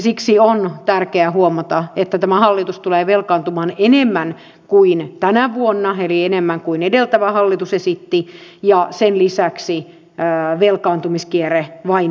siksi on tärkeää huomata että tämä hallitus tulee velkaantumaan enemmän kuin tänä vuonna eli enemmän kuin edeltävä hallitus esitti ja sen lisäksi velkaantumiskierre vain pahenee